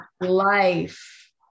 life